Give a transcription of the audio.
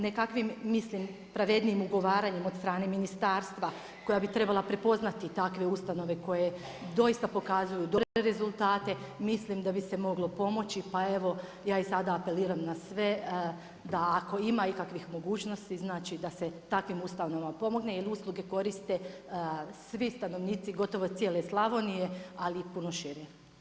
Nekakvim, mislim, pravednijim ugovaranjem od strane ministarstva koja bi trebala prepoznati takve ustanove koje doista pokazuju dobre rezultate, mislim da bi se moglo pomoći, pa evo ja i sada apeliram na sve da ako ima ikakvih mogućnosti, znači da se takvim ustanovama pomogne jer usluge svi stanovnici gotovo cijele Slavonije ali i puno šire.